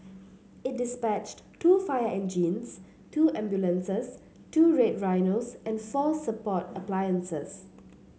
it dispatched two fire engines two ambulances two Red Rhinos and four support appliances